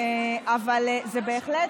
אבל זה בהחלט,